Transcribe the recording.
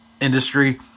industry